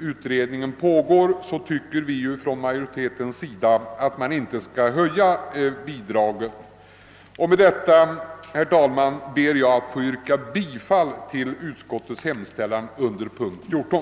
Utskottsmajoriteten anser därför att bidraget inte bör höjas så länge utredning pågår. Med detta ber jag, herr talman, att få yrka bifall till utskottets hemställan under punkten 14.